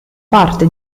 parte